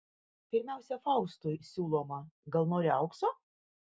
pirmiausia faustui siūloma gal nori aukso